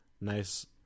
nice